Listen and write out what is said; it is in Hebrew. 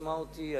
תשמע אותי.